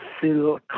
Phil